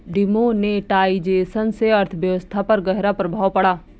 demonetisation से अर्थव्यवस्था पर ग़हरा प्रभाव पड़ा